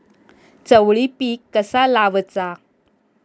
चवळी पीक कसा लावचा?